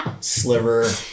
Sliver